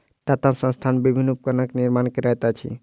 टाटा संस्थान विभिन्न उपकरणक निर्माण करैत अछि